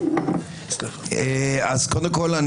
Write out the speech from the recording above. קודם כול,